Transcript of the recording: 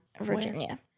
Virginia